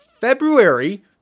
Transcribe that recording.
February